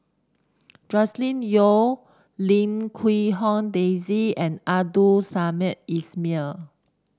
Joscelin Yeo Lim Quee Hong Daisy and Abdul Samad Ismail